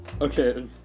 okay